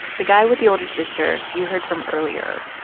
the guy with the older sister you heard from earlier.